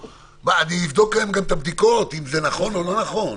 אני אבדוק להם גם את הבדיקות אם זה נכון או לא נכון?